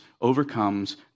overcomes